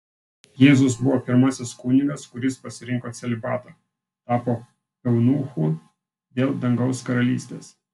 jėzus buvo pirmasis kunigas kuris pasirinko celibatą tapo eunuchu dėl dangaus karalystės